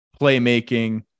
playmaking